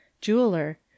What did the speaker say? jeweler